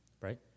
right